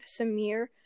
Samir